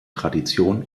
tradition